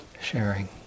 sharing